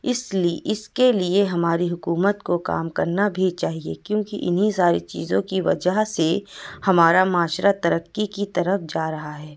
اس لی اس کے لیے ہماری حکومت کو کام کرنا بھی چاہیے کیوں کہ انہیں ساری چیزوں کی وجہ سے ہمارا معاشرہ ترقی کی طرف جا رہا ہے